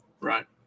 Right